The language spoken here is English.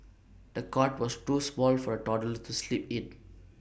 the cot was too small for the toddler to sleep in